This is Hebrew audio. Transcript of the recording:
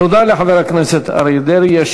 תודה לחבר הכנסת אריה דרעי.